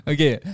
Okay